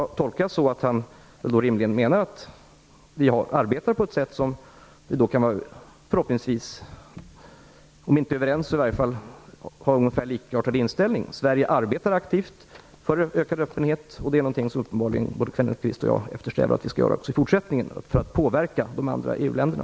Det tolkar jag som att han menar att vi arbetar på ett sätt som vi kan vara om inte överens om så i varje fall ha ungefär likartad inställning till. Sverige arbetar aktivt för en ökad öppenhet, och det är någonting som uppenbarligen både Kenneth Kvist och jag eftersträvar att vi skall göra också i fortsättningen, för att påverka de andra EU-länderna.